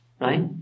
right